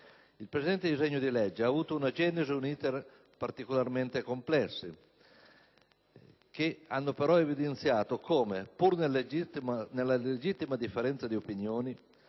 Il presente disegno di legge ha avuto una genesi e un *iter* particolarmente complessi, che hanno però evidenziato come, pur nella legittima differenza di opinioni